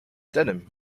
denim